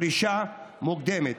בפרישה מוקדמת.